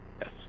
Yes